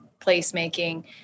placemaking